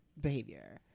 behavior